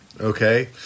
okay